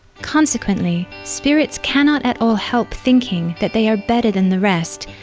consequently, spirits cannot at all help thinking that they are better than the rest,